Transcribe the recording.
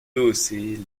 hausser